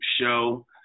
show